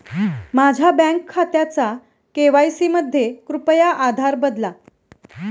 माझ्या बँक खात्याचा के.वाय.सी मध्ये कृपया आधार बदला